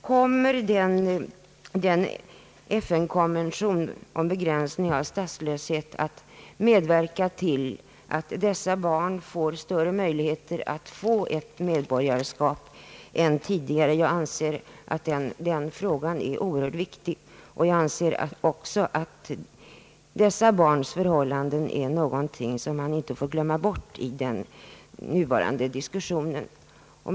Kommer den nämnda FN-konventionen om begränsning av statslöshet att medverka till att dessa barn får större möjligheter att få ett medborgarskap än tidigare? Jag anser att den frågan är oerhört viktig. Dessa barns förhållanden får man inte glömma bort i den diskussion som nu pågår.